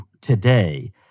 today